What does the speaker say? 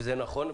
וזה נכון.